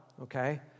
Okay